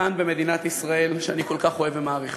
כאן במדינת ישראל שאני כל כך אוהב ומעריך.